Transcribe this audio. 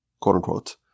quote-unquote